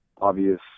obvious